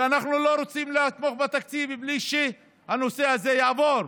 ואנחנו לא רוצים לתמוך בתקציב בלי שהנושא הזה יעבור.